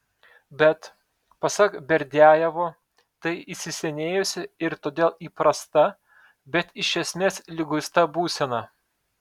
bet pasak berdiajevo tai įsisenėjusi ir todėl įprasta bet iš esmės liguista būsena